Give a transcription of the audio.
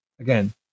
again